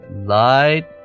light